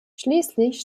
schließlich